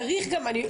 צריך גם ---.